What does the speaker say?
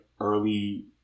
early